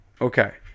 Okay